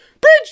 bridge